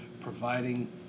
providing